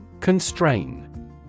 Constrain